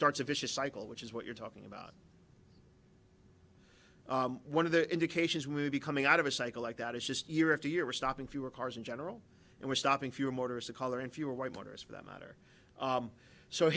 starts a vicious cycle which is what you're talking about one of the indications would be coming out of a cycle like that is just year after year we're stopping fewer cars in general and we're stopping fewer murders of color and fewer white voters for that matter